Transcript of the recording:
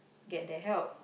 get the help